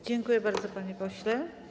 Dziękuję bardzo, panie pośle.